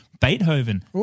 Beethoven